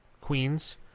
Queens